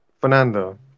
Fernando